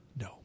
No